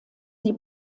die